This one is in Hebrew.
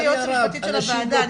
אני יועצת משפטית של הוועדה,